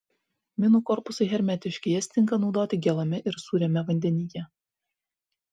minų korpusai hermetiški jas tinka naudoti gėlame ir sūriame vandenyje